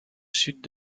sud